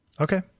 Okay